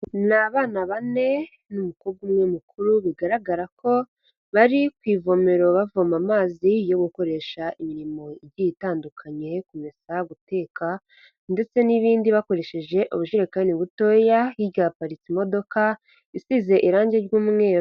Ni abana bane n'umukobwa umwe mukuru bigaragara ko bari ku ivomero bavoma amazi yo gukoresha imirimo igiye itandukanye, kumesa guteka ndetse n'ibindi bakoresheje ubujerekani butoya, hirya haparitse imodoka isize irangi ry'umweru.